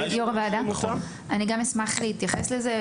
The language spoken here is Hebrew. יו"ר הוועדה, אני גם אשמח להתייחס לזה.